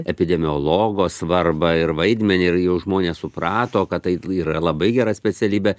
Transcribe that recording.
epidemiologo svarbą ir vaidmenį ir jau žmonės suprato kad tai yra labai gera specialybė